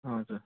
हजुर